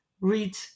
read